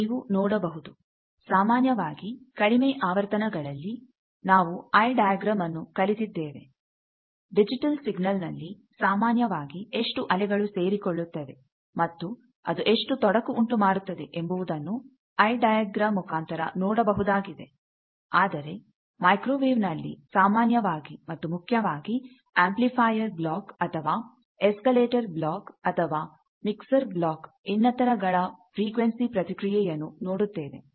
ನೀವು ನೋಡಬಹುದು ಸಾಮಾನ್ಯವಾಗಿ ಕಡಿಮೆ ಆವರ್ತನಗಳಲ್ಲಿ ನಾವು ಆಯ್ ಡೈಗ್ರಾಮ್ ಅನ್ನು ಕಲಿತಿದ್ದೇವೆ ಡಿಜಿಟಲ್ ಸಿಗ್ನಲ್ ನಲ್ಲಿ ಸಾಮಾನ್ಯವಾಗಿ ಎಷ್ಟು ಅಲೆಗಳು ಸೇರಿಕೊಳ್ಳುತ್ತವೆ ಮತ್ತು ಅದು ಎಷ್ಟು ತೊಡಕು ಉಂಟುಮಾಡುತ್ತದೆ ಎಂಬುದನ್ನು ಆಯ್ ಡೈಗ್ರಾಮ್ ಮುಖಾಂತರ ನೋಡಬಹುದಾಗಿದೆ ಆದರೆ ಮೈಕ್ರೋವೇವ್ ನಲ್ಲಿ ಸಾಮಾನ್ಯವಾಗಿ ಮತ್ತು ಮುಖ್ಯವಾಗಿ ಆಂಪ್ಲಿಫೈಯರ್ ಬ್ಲಾಕ್ ಅಥವಾ ಎಸ್ಕಲೇಟರ್ ಬ್ಲಾಕ್ ಅಥವಾ ಮಿಕ್ಸರ್ ಬ್ಲಾಕ್ ಇನ್ನಿತರ ಗಳ ಫ್ರಿಕ್ವೆನ್ಸಿ ಪ್ರತಿಕ್ರಿಯೆಯನ್ನು ನೋಡುತ್ತೇವೆ